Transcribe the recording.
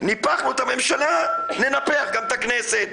ניפחנו את הממשלה, ננפח גם את הכנסת.